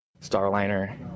Starliner